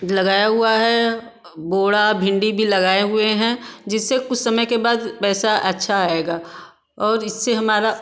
लगाया हुआ है बोरा भिंडी भी लगाए हुए हैं जिससे कुछ समय के बाद पैसा अच्छा आएगा और इससे हमारा